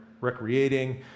recreating